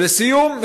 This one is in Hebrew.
ולסיום,